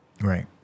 Right